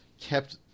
kept